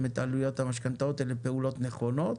את עלויות המשכנתאות אלה פעולות נכונות,